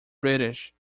british